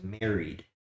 married